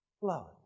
love